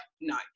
no